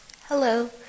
Hello